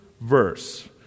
verse